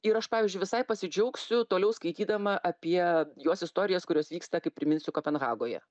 ir aš pavyzdžiui visai pasidžiaugsiu toliau skaitydama apie jos istorijas kurios vyksta kaip priminsiu kopenhagoje